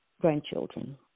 grandchildren